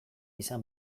izan